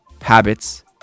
Habits